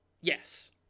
Yes